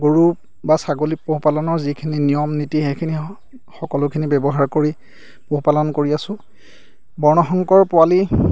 গৰু বা ছাগলী পোহপালনৰ যিখিনি নিয়ম নীতি সেইখিনি সকলোখিনি ব্যৱহাৰ কৰি পোহপালন কৰি আছোঁ বৰ্ণশংকৰ পোৱালি